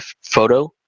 photo